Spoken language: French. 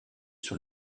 sur